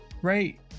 Right